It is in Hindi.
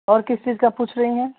और किस चीज़ का पूछ रही हैं